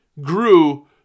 grew